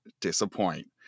disappoint